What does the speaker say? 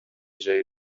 جایی